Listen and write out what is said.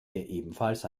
ebenfalls